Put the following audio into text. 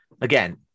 again